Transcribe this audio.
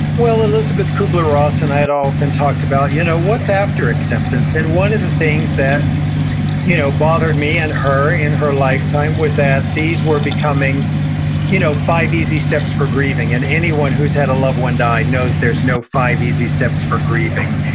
well elisabeth kubler-ross and i had often talked about, you know what's after acceptance? and one of the things that you know bothered me and her in her lifetime, was that these were becoming you know five easy steps for grieving, and anyone who's had a loved one die knows there's no five easy steps for grieving,